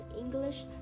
English